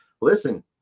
listen